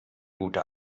gute